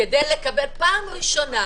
פעם ראשונה